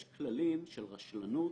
יש כללים של רשלנות